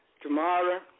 tomorrow